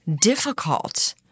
difficult